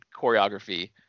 choreography